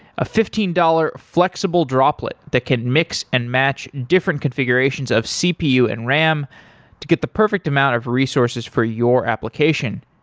a fifteen dollars flexible droplet that can mix and match different configurations of cpu and ram to get the perfect amount of resources for your application.